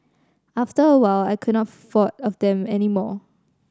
after a while I could not afford them any more